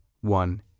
one